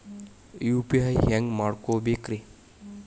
UPI ಹ್ಯಾಂಗ ಮಾಡ್ಕೊಬೇಕ್ರಿ?